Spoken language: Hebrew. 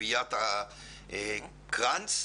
ביאטה קרנץ.